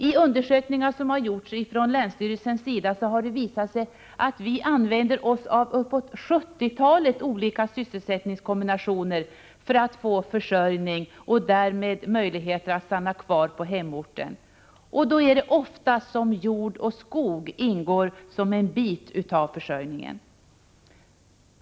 I undersökningar som gjorts av länsstyrelsen har det visat sig att man använder sig av uppåt sjuttiotalet olika sysselsättningskombinationer för att få försörjning och därmed möjligheter att stanna kvar på hemorten. Då ingår ofta just jordoch skogsbruk som en bit i försörjningen.